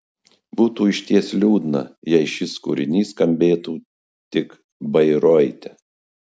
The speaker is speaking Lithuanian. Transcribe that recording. būtų išties liūdna jei šis kūrinys skambėtų tik bairoite